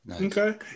okay